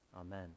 amen